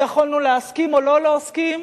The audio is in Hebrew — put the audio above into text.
יכולנו להסכים או לא להסכים,